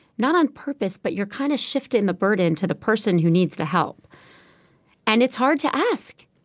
not on purpose, but you're kind of shifting the burden to the person who needs the help and it's hard to ask.